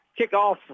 Kickoff